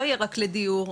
לא יהיה רק לדיור,